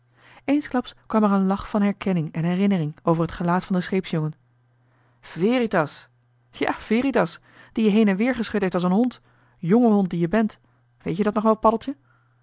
eensklaps kwam er een lach van herkenning en herinnering over t gelaat van den scheepsjongen veritas ja veritas die je heen en weer geschud heeft als een hond jnge hond die je bent weet-je dat nog wel paddeltje